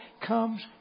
comes